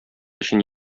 өчен